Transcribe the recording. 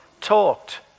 talked